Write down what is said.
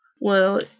Well